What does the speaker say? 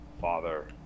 father